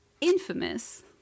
infamous